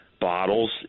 bottles